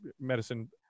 medicine